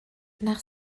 nach